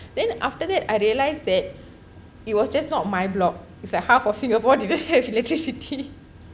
then after that I realised that it was just not my block it's like half of singapore didn't have electricity